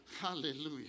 Hallelujah